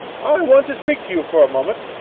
i want to speak to you for a moment.